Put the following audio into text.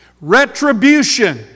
retribution